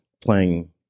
playing